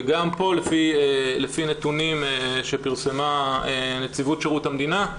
וגם כאן לפי הנתונים שפרסמה נציבות שירות המדינה,